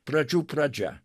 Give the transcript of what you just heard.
pradžių pradžia